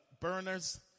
burners